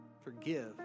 forgive